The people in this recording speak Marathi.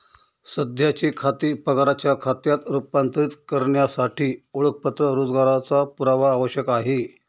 सध्याचे खाते पगाराच्या खात्यात रूपांतरित करण्यासाठी ओळखपत्र रोजगाराचा पुरावा आवश्यक आहे